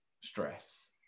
stress